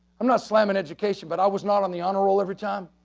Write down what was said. i'm not slamming education, but i was not on the honor roll every time.